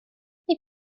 nid